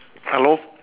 hello